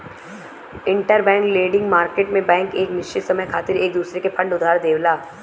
interbank lending market में bank एक निश्चित समय खातिर एक दूसरे के फंड उधार देवला